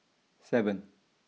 seven